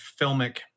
filmic